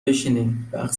بشینین، وقت